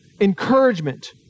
encouragement